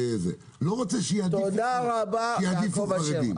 תודה רבה יעקב אשר.